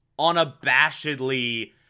unabashedly